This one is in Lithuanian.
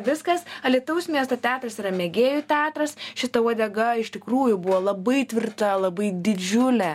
viskas alytaus miesto teatras yra mėgėjų teatras šita uodega iš tikrųjų buvo labai tvirta labai didžiulė